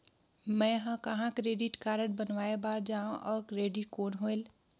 मैं ह कहाँ क्रेडिट कारड बनवाय बार जाओ? और क्रेडिट कौन होएल??